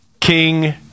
King